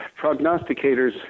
prognosticators